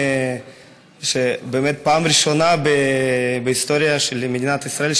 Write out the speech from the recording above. שבפעם הראשונה בהיסטוריה של מדינת ישראל,